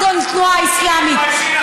אדון תנועה אסלאמית.